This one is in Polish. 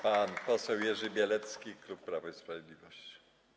Pan poseł Jerzy Bielecki, klub Prawo i Sprawiedliwość.